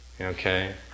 Okay